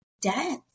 death